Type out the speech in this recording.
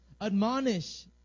admonish